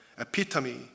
epitome